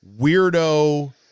weirdo